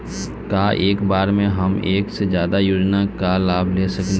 का एक बार में हम एक से ज्यादा योजना का लाभ ले सकेनी?